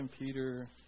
Peter